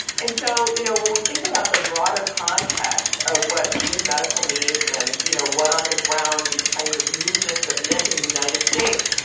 and so, you know, when we think about the broader context of what june medical means and you know what on the ground these kinds of movements have meant in the united states.